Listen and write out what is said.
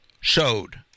showed